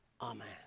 amen